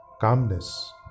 calmness